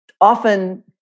often